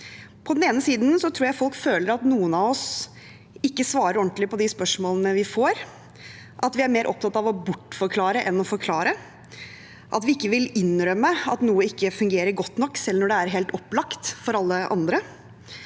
På den ene siden tror jeg folk føler at noen av oss ikke svarer ordentlig på de spørsmålene vi får, at vi er mer opptatt av å bortforklare enn å forklare, at vi ikke vil innrømme at noe ikke fungerer godt nok, selv når det er helt opplagt for alle andre,